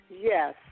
Yes